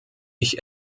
ich